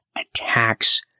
attacks